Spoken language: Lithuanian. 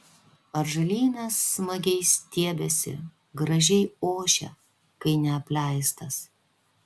atžalynas smagiai stiebiasi gražiai ošia kai neapleistas